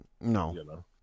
No